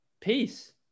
Peace